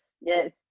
yes